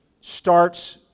starts